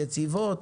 יציבות,